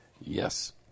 Yes